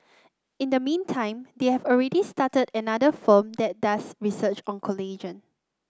in the meantime they have already started another firm that does research on collagen